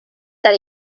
that